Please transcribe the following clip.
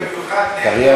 לא, הוא החליף